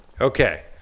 Okay